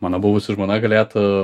mano buvusi žmona galėtų